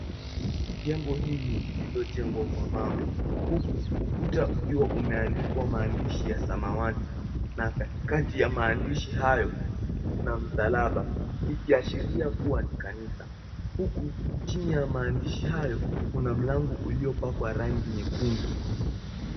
Jengo hili liliojengwa kwa mawe huku ukuta ukiwa umeandikwa maandishi ya samawati na katikati ya maandishi hayo kuna msalaba ikiashiria kuwa ni kanisa huku chini ya maandishi hayo kuna mlango uliopakwa rangi nyekundu.